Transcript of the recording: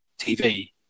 TV